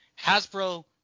Hasbro